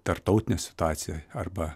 tarptautinėj situacijoj arba